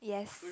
yes